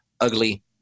ugly